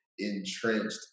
entrenched